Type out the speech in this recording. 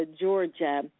Georgia